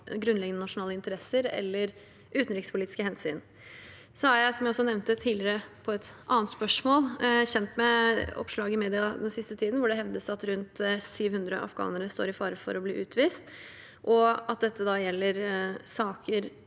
grunnleggende nasjonale interesser eller utenrikspolitiske hensyn. Som jeg nevnte tidligere i svar på et annet spørsmål, er jeg kjent med oppslag i media den siste tiden hvor det hevdes at rundt 700 afghanere står i fare for å bli utvist, og at dette gjelder saker